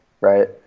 Right